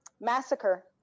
massacre